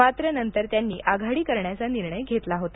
मात्र नंतर त्यांनी आघाडी करण्याचा निर्णय घेतला होता